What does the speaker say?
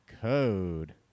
code